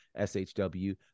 SHW